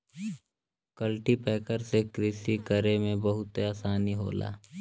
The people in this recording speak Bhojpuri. कल्टीपैकर से कृषि करे में बहुते आसानी होला